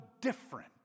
different